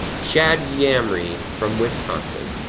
chad yamri from wisconsin,